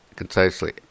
concisely